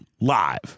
live